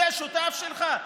זה השותף שלך?